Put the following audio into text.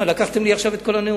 אה, לקחתם לי עכשיו את כל הנאום.